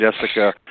Jessica